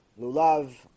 Lulav